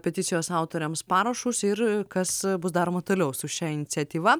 peticijos autoriams parašus ir kas bus daroma toliau su šia iniciatyva